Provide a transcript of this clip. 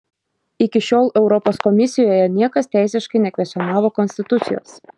iki šiol europos komisijoje niekas teisiškai nekvestionavo konstitucijos